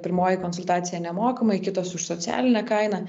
pirmoji konsultacija nemokamai kitos už socialinę kainą